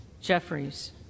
Jeffries